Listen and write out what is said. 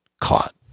caught